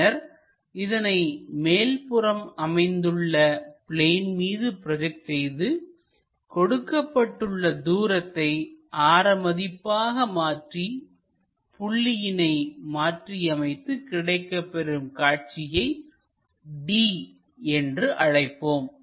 பின்னர் இதனை மேற்புறம் அமைந்துள்ள பிளேன் மீது ப்ரோஜெக்ட் செய்து கொடுக்கப்பட்டுள்ள தூரத்தை ஆர மதிப்பாக மாற்றி புள்ளியினை மாற்றியமைத்து கிடைக்கப்பெறும் காட்சியை d என்று அழைப்போம்